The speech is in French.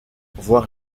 voir